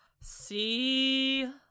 See